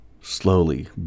slowly